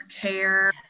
care